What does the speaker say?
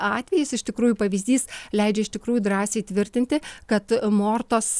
atvejis iš tikrųjų pavyzdys leidžia iš tikrųjų drąsiai tvirtinti kad mortos